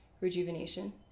rejuvenation